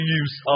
use